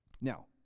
Now